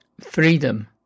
Freedom